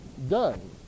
done